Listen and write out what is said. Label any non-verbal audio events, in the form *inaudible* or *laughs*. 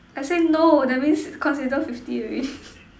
I say no that means consider fifty already *laughs*